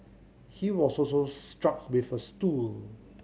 he was also struck with a stool